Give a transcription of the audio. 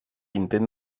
intent